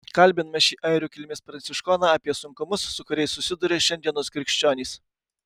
kalbiname šį airių kilmės pranciškoną apie sunkumus su kuriais susiduria šiandienos krikščionys